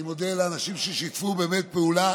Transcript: אני מודה לאנשים ששיתפו באמת פעולה